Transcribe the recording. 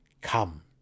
Come